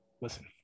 Listen